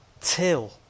till